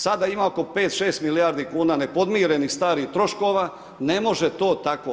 Sada ima oko 5-6 milijardi kuna nepodmirenih starih troškova, ne može to tako.